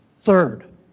Third